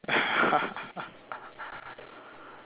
ya